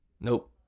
Nope